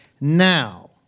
now